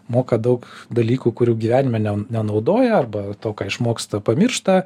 moka daug dalykų kurių gyvenime ne nenaudoja arba to ką išmoksta pamiršta